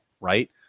right